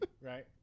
right